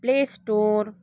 play store